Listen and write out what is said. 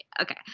Okay